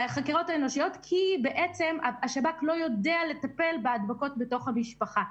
כי בעצם, השב"כ לא יודע לטפל בהדבקות בתוך המשפחה.